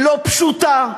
לא פשוטה.